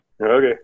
Okay